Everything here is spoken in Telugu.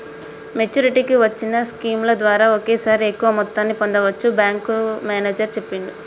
మెచ్చురిటీకి వచ్చిన స్కీముల ద్వారా ఒకేసారి ఎక్కువ మొత్తాన్ని పొందచ్చని బ్యేంకు మేనేజరు చెప్పిండు